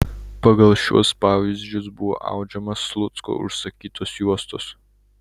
pagal šiuos pavyzdžius buvo audžiamos slucko užsakytos juostos